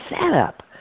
setup